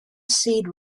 seed